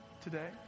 today